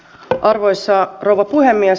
arvoisa rouva puhemies